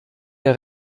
der